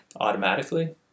automatically